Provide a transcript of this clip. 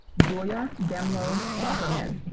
julie ah demlow sofferman.